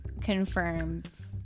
confirms